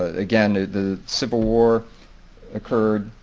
ah again, the civil war occurred,